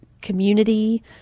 community